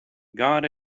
god